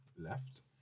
Left